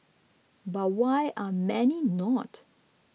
but why are many not